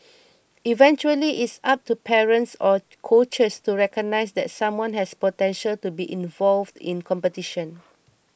eventually it's up to parents or coaches to recognise that someone has potential to be involved in competition